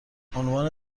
عنوان